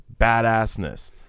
badassness